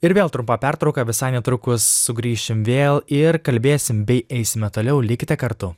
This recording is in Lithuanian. ir vėl trumpa pertrauka visai netrukus sugrįšim vėl ir kalbėsim bei eisime toliau likite kartu